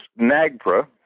NAGPRA